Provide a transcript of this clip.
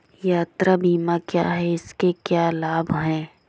यात्रा बीमा क्या है इसके क्या लाभ हैं?